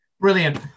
Brilliant